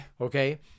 Okay